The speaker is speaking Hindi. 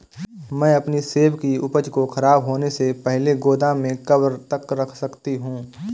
मैं अपनी सेब की उपज को ख़राब होने से पहले गोदाम में कब तक रख सकती हूँ?